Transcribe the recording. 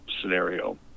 scenario